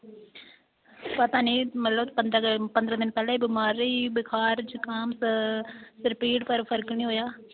पता नेईं मतलब पंदरा पंदरा दिन पैह्ले बमार रेही बखार जकाम सिर पीड़ पर फर्क नी होएआ